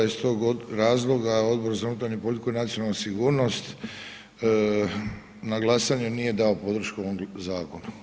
I stog razloga Odbor za unutarnju politiku i nacionalnu sigurnost na glasanje nije dao podršku ovom zakonu.